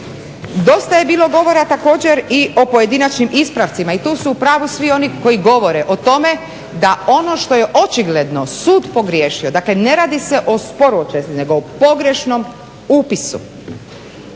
Dosta je bilo govora također o pojedinačnim ispravcima i tu su u pravu svi oni koji govore o tome da ono što je očigledno sud pogriješio, dakle, ne radi se o sporu …/Govornik se